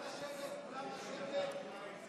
כולם לשבת.